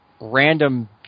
random